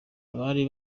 abari